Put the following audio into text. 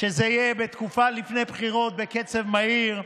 שזה יהיה בתקופה שלפני הבחירות, בקצב מהיר,